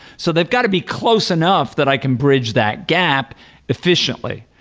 so they've got to be close enough that i can bridge that gap efficiently.